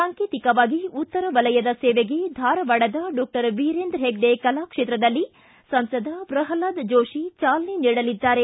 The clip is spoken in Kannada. ಸಾಂಕೇತಿಕವಾಗಿ ಉತ್ತರ ವಲಯದ ಸೇವೆಗೆ ಧಾರವಾಡದ ಡಾಕ್ಟರ್ ವೀರೇಂದ್ರ ಹೆಗ್ಗಡೆ ಕಲಾಕ್ಷೇತ್ರದಲ್ಲಿ ಸಂಸದ ಪ್ರಲ್ದಾದ ಜೋತಿ ಚಾಲನೆ ನೀಡಲಿದ್ದಾರೆ